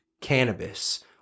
cannabis